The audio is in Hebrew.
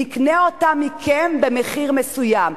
נקנה אותן מכם במחיר מסוים.